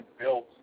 built